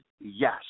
yes